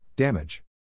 Damage